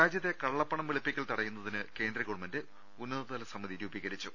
രാജ്യത്തെ കള്ളപ്പണം വെളുപ്പിക്കൽ തടയുന്നതിന് കേന്ദ്ര ഗവൺമെന്റ് ഉന്നതതല സമിതി രൂപീകരിച്ചു